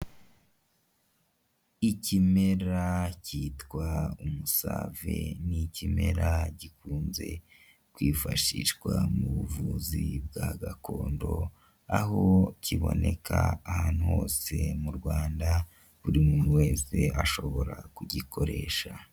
Ikimera kitwa umusave ni ikimera gikunze kwifashishwa mu buvuzi bwa gakondo, aho kiboneka ahantu hose mu Rwanda buri muntu wese ashobora kugikoresha.